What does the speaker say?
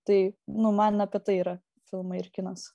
tai nu man apie tai yra filmai ir kinas